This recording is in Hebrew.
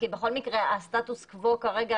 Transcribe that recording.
כי בכל מקרה הסטטוס קוו כרגע,